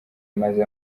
maze